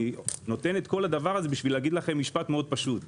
אני אומר את כל זה בשביל להגיד לכם משפט פשוט מאוד: